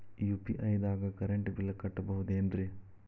UPI ದಾಗ current bill ಕಟ್ಟಬಹುದೇನ್ರಿ?